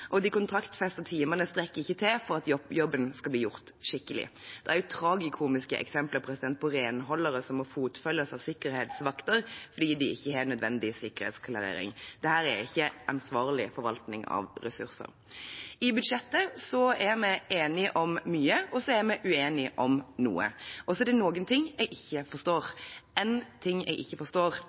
og de kontraktfestede timene strekker ikke til for at jobben skal bli gjort skikkelig. Det er tragikomiske eksempler på renholdere som må fotfølges av sikkerhetsvakter fordi de ikke har nødvendig sikkerhetsklarering. Dette er ikke ansvarlig forvaltning av ressursene. I budsjettet er vi enige om mye og uenige om noe. Det er noe jeg ikke forstår, og én ting jeg ikke forstår,